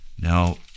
Now